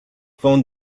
phone